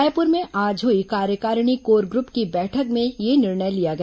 रायपुर मे आज हुई कार्यकारिणी कोर ग्रुप की बैठक में यह निर्णय लिया गया